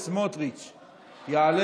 אינו נוכח,